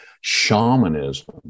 shamanism